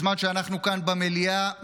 בזמן שאנחנו כאן במליאה,